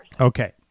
Okay